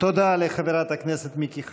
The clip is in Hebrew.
תודה לחברת הכנסת מיקי חיימוביץ.